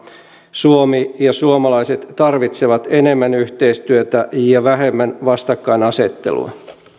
suomi ja suomalaiset tarvitsevat enemmän yhteistyötä ja vähemmän vastakkainasettelua